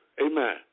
Amen